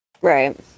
Right